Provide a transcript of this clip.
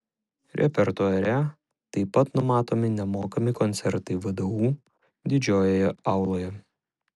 repertuare taip pat numatomi nemokami koncertai vdu didžiojoje auloje